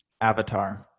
Avatar